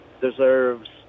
deserves